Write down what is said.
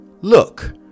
Look